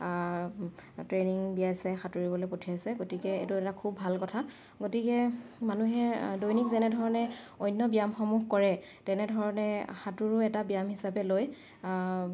training দিয়াইছে সাঁতুৰিবলৈ পঠিয়াইছে গতিকে এইটো এটা খুব ভাল কথা গতিকে মানুহে দৈনিক যেনেধৰণে অন্য ব্যায়ামসমূহ কৰে তেনেধৰণে সাঁতোৰো এটা ব্যায়াম হিচাপে লৈ